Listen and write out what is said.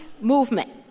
movement